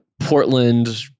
portland